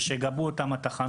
כדי שייתנו גיבוי לכמה תחנות.